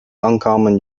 uncommon